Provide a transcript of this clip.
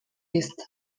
ist